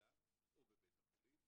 בקהילה או בבית החולים,